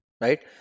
right